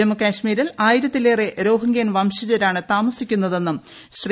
ജമ്മുകാശ്മീരിൽ ആയിരത്തിലേറെ റോഹിംഗ്യൻ വംശജരാണ് താമസിക്കുന്നതെന്നും ശ്രീ